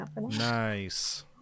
Nice